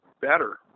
better